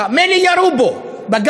המשפחה: מילא ירו בו בגב,